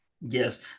yes